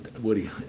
Woody